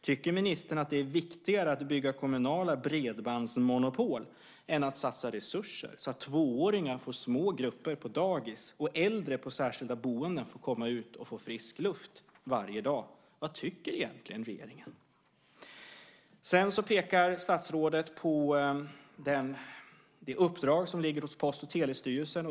Tycker ministern att det är viktigare att bygga kommunala bredbandsmonopol än att satsa resurser så att tvååringar får små grupper på dagis och äldre på särskilda boenden får komma ut och få frisk luft varje dag? Vad tycker egentligen regeringen? Sedan pekar statsrådet på det uppdrag som ligger på Post och telestyrelsen.